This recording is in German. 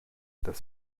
das